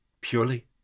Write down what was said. purely